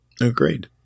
Agreed